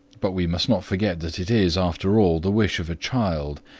but we must not forget that it is, after all, the wish of a child,